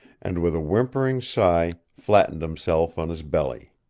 and with a whimpering sigh flattened himself on his belly.